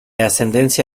ascendencia